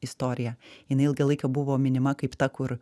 istorija jinai ilgą laiką buvo minima kaip ta kur